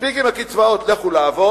מספיק עם הקצבאות, לכו לעבוד,